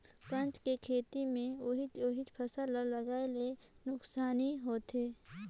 कंचा खेत मे ओहिच ओहिच फसल ल लगाये ले नुकसानी होथे